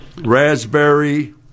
raspberry